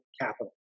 capital